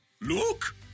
Look